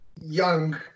young